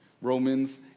Romans